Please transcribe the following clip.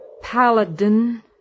paladin